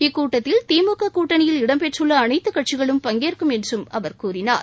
இக்கூட்டத்தில் திமுக கூட்டணியில் இடம் பெற்றுள்ள அனைத்துக் கட்சிகளும் பங்கேற்கும் என்றும் அவர் கூறினார்